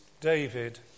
David